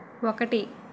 ఒకటి